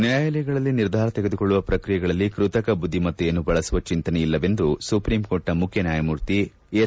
ನ್ಡಾಯಾಲಯಗಳಲ್ಲಿ ನಿರ್ಧಾರ ತೆಗೆದುಕೊಳ್ಳುವ ಪ್ರಕ್ರಿಯೆಗಳಲ್ಲಿ ಕೃತಕ ಬುದ್ಧಿಮತ್ತೆಯನ್ನು ಬಳಸುವ ಚಿಂತನೆ ಇಲ್ಲವೆಂದು ಸುಪ್ರೀಂಕೋರ್ಟ್ನ ಮುಖ್ಯ ನ್ಯಾಯಮೂರ್ತಿ ಎಸ್